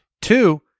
Two